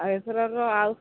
ଆଉ ଏଥରକ ଆଉ